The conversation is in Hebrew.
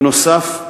בנוסף,